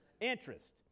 Interest